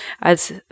als